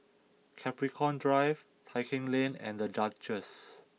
Capricorn Drive Tai Keng Lane and The Duchess